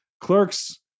Clerks